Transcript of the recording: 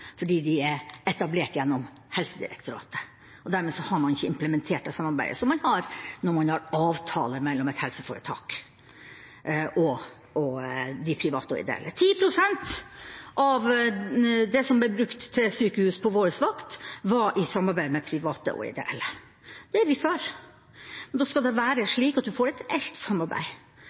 fordi de er etablert gjennom Helsedirektoratet. Dermed har man ikke implementert det samarbeidet som man har når man har avtale mellom et helseforetak og de private og ideelle. 10 pst. av det som ble brukt til sykehus på vår vakt, var i samarbeid med private og ideelle. Det er vi for, men da skal det være slik at man får et reelt samarbeid,